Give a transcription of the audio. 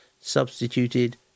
substituted